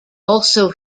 also